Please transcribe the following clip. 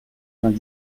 vingt